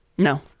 No